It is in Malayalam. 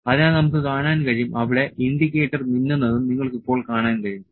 അതിനാൽ നമുക്ക് കാണാൻ കഴിയും അവിടെ ഇൻഡിക്കേറ്റർ മിന്നുന്നതും നിങ്ങൾക്ക് ഇപ്പോൾ കാണാൻ കഴിയും